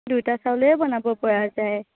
দুয়োটা চাউলেই বনাব পৰা যায়